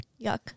Yuck